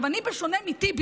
עכשיו, אני, בשונה מטיבי,